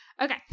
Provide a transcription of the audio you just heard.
Okay